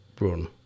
Run